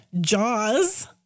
Jaws